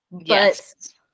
Yes